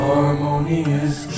Harmonious